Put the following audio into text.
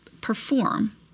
perform